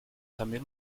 tamil